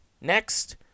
Next